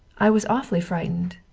i was awfully frightened.